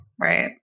Right